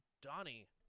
Donnie